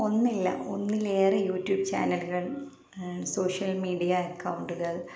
ഒന്നില്ല ഒന്നിലേറെ യൂട്യൂബ് ചാനലുകൾ സോഷ്യൽ മീഡിയ അക്കൗണ്ടുകൾ